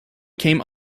came